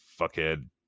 fuckhead